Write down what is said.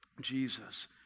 Jesus